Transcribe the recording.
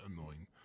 annoying